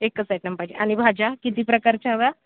एकच आयटम पाहिजे आणि भाज्या किती प्रकारच्या हव्या